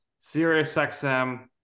SiriusXM